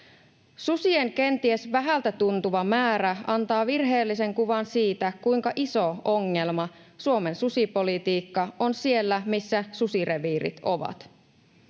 Susien kenties vähältä tuntuva määrä antaa virheellisen kuvan siitä, kuinka iso ongelma Suomen susipolitiikka on siellä, missä susireviirit ovat.